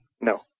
No